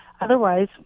Otherwise